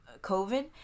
COVID